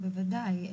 בוודאי,